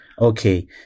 Okay